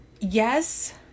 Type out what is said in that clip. Yes